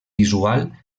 visual